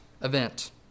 event